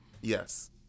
Yes